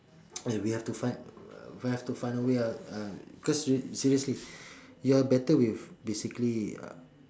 eh we have to find uh we have to find a way out cause uh seriously you're better with basically